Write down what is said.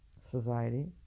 society